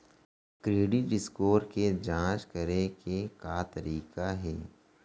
Credit score के जाँच करे के का तरीका हे?